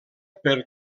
per